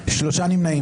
הצבעה לא אושרה נפל.